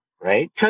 right